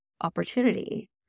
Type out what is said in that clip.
opportunity